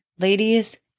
Ladies